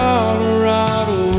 Colorado